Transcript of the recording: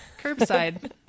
curbside